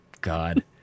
God